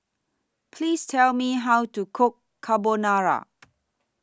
Please Tell Me How to Cook Carbonara